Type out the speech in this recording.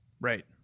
Right